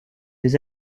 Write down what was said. des